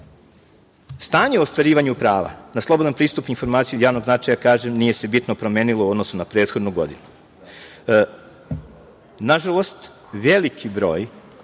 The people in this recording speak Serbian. u ostvarivanju prava na slobodan pristup informacijama od javnog značaja kažem da se nije bitno promenilo u odnosu na prethodnu godinu. Nažalost, veliki broj